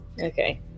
okay